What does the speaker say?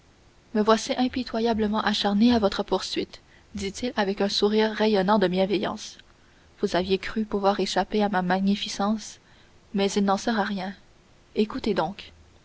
me voici impitoyablement acharné à votre poursuite dit-il avec un sourire rayonnant de bienveillance vous aviez cru pouvoir échapper à ma magnificence mais il n'en sera rien écoutez donc